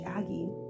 Aggie